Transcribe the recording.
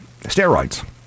steroids